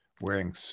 wearing